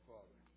Father